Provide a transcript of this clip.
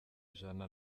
ijana